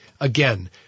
again